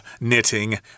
knitting